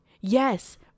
Yes